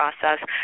process